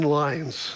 lines